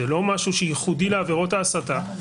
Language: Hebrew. זה לא משהו שייחודי לעבירות ההסתה.